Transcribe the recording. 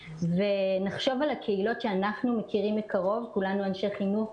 ונחשוב על הקהילות שאנו מכירים מקרוב כולנו אנשי חינוך,